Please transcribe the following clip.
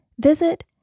Visit